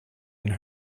and